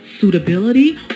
suitability